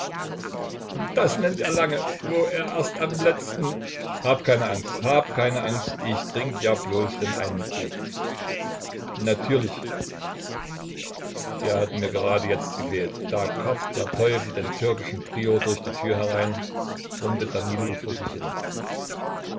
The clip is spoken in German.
das nennt er lange wo er erst am letzten hab keine angst hab keine angst ich trink ja bloß den einen krug natürlich der hat mir gerade jetzt gefehlt da karrt der teufel den türkischen prior durch die tür herein brummte danilo vor sich hin